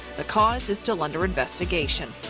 the cause is still under investigation.